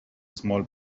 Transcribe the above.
small